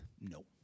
No